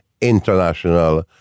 international